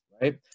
right